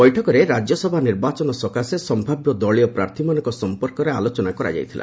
ବୈଠକରେ ରାଜ୍ୟସଭା ନିର୍ବାଚନ ସକାଶେ ସମ୍ଭାବ୍ୟ ଦଳୀୟ ପ୍ରାର୍ଥୀମାନଙ୍କ ସଂପର୍କରେ ଆଲୋଚନା କରାଯାଇଥିଲା